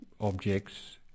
objects